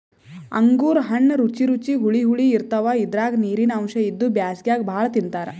ಅಂಗೂರ್ ಹಣ್ಣ್ ರುಚಿ ರುಚಿ ಹುಳಿ ಹುಳಿ ಇರ್ತವ್ ಇದ್ರಾಗ್ ನೀರಿನ್ ಅಂಶ್ ಇದ್ದು ಬ್ಯಾಸ್ಗ್ಯಾಗ್ ಭಾಳ್ ತಿಂತಾರ್